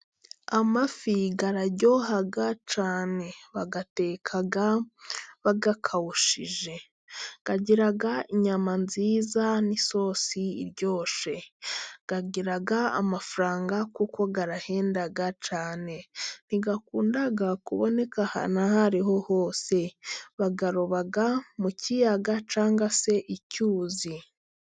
Amafi araryoha cyane, bayateka bayakawushije, agira inyama nziza n'isosi iryoshye, agira amafaranga kuko arahenda cyane, ntakunda kuboneka ahantu aho ariho hose, bayaroba mu kiyaga cyangwa se icyuzi.